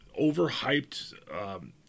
overhyped